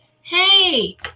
hey